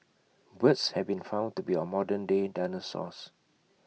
birds have been found to be our modernday dinosaurs